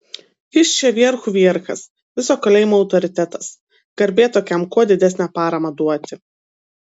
jis čia vierchų vierchas viso kalėjimo autoritetas garbė tokiam kuo didesnę paramą duoti